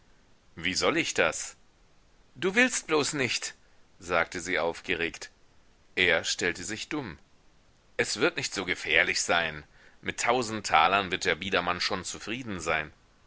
wie soll ich das du willst bloß nicht sagte sie aufgeregt er stellte sich dumm es wird nicht so gefährlich sein mit tausend talern wird der biedermann schon zufrieden sein